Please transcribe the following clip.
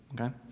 Okay